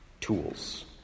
tools